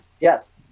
Yes